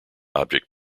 object